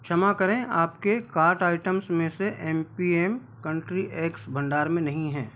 क्षमा करें आपके कार्ट आइटम्स में से M P M country eggs भंडार में नहीं है